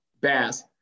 bass